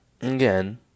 again